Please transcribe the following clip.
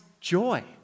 joy